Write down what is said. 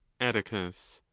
atticus.